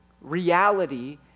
reality